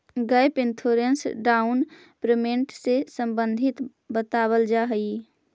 gap insurance down payment से संबंधित बतावल जाऽ हई